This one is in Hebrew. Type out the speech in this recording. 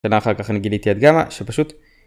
ושנה אחר כך אני גיליתי את גמא שפשוט...